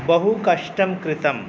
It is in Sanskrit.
बहुकष्टं कृतं